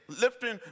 lifting